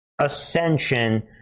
Ascension